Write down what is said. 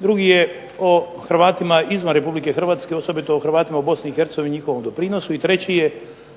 drugi je o Hrvatima izvan Republike Hrvatske, osobito o Hrvatima u Bosni i Hercegovini i njihovom doprinosu, i treći